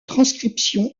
transcription